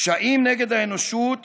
פשעים נגד האנושות